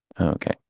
Okay